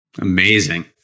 Amazing